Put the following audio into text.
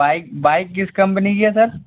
bike bike किस company कि है सर